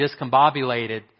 discombobulated